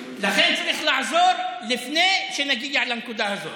לכן צריך לעזור לפני שנגיע לנקודה הזאת.